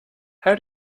how